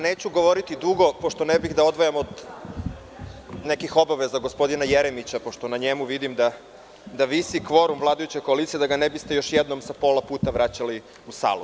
Neću govoriti dugo, jer ne bih da odvajam od nekih obaveza gospodina Jeremića, pošto vidim da na njemu visi kvorum vladajuće koalicije, da ga ne biste još jednom sa pola puta vraćali u salu.